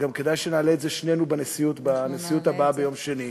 וגם כדאי שנעלה את זה שנינו בנשיאות הבאה ביום שני,